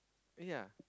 yea